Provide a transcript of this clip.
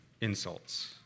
insults